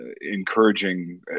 encouraging